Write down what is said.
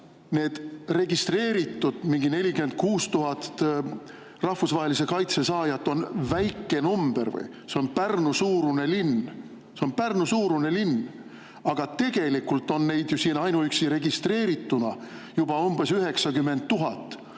need registreeritud mingi 46 000 rahvusvahelise kaitse saajat on väike number või? See on Pärnu-suurune linn. See on Pärnu-suurune linn, aga tegelikult on neid ju siin ainuüksi registreerituna juba umbes 90 000.